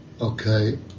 Okay